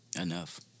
Enough